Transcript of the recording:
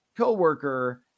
coworker